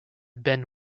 ben